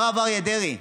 הרב אריה דרעי,